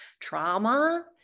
trauma